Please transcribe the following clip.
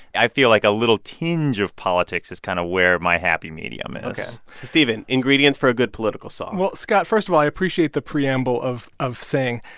i feel like a little tinge of politics is kind of where my happy medium is ok. so stephen, ingredients for a good political song? well, scott, first of all, i appreciate the preamble of of saying,